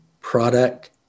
product